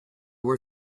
were